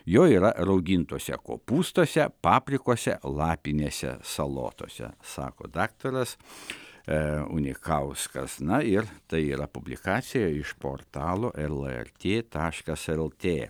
jo yra raugintuose kopūstuose paprikose lapinėse salotose sako daktaras a unikauskas na ir tai yra publikacija iš portalo lrt taškas lt